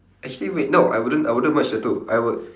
actually wait no I wouldn't I wouldn't merge the two I would